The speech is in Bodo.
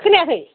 खोनायाखै